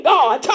God